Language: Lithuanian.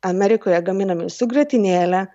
amerikoje gaminami su grietinėle